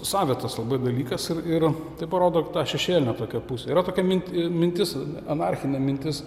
savitas dalykas ir ir tai parodo tą šešėlinę tokią pusę yra tokia mint mintis anarchinė mintis